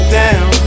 down